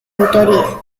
autoría